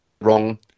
wrong